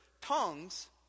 tongues